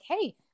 Hey